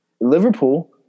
Liverpool